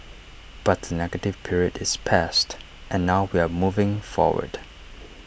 but the negative period is past and now we are moving forward